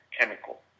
chemical